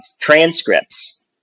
transcripts